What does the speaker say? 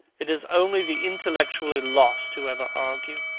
it is only the intellectually lost who ever argue.